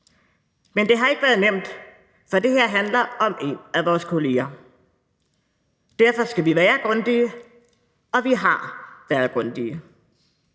Men det har ikke været nemt, for det her handler om en af vores kolleger. Derfor skal vi være grundige, og vi har været grundige.